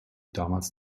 damals